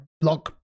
block